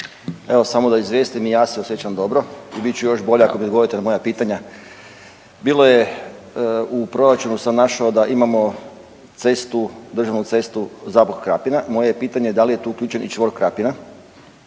Evo samo da izvijestim, i ja se osjećam dobro i bit ću još bolje ako mi odgovorite na moja pitanja. Bilo je, u proračunu sam našao da imamo cestu, državnu cestu Zabok-Krapina. Moje pitanje je da li je tu uključen i čvor Krapina